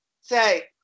say